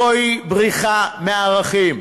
זוהי בריחה מערכים.